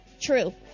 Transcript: True